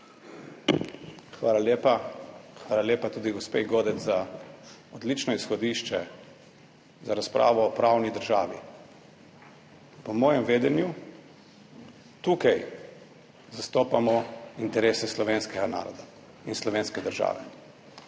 Hvala lepa tudi gospe Godec za odlično izhodišče za razpravo o pravni državi. Po mojem vedenju tukaj zastopamo interese slovenskega naroda in slovenske države.